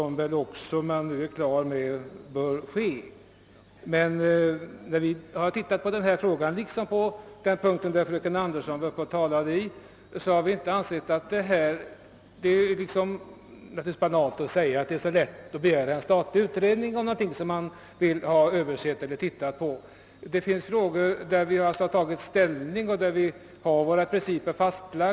Motionärerna vill ha en utredning, liksom fröken Anderson i Lerum Öönskade en i det ärende hon berörde. Det är banalt att påpeka hur lätt det är att begära en statlig utredning om någonting som man vill ha översett. Det finns frågor i vilka vi har tagit ställning och har våra principer fastlagda.